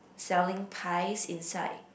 selling pies inside